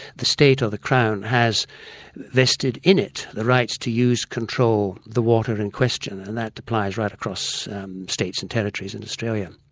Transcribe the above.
the state or the crown has vested in it the rights to use control the water in question, and that applies right across states and territories in australia.